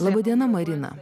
laba diena marina